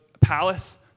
palace